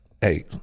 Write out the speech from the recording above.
hey